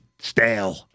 stale